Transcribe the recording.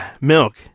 milk